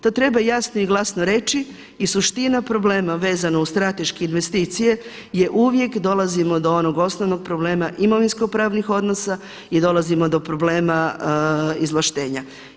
To treba jasno i glasno reči i suština problema vezana uz strateške investicije je uvijek dolazimo do onog osnovnog problema imovinskopravnih odnosa i dolazimo do problema izvlaštenja.